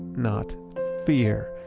not fear.